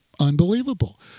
unbelievable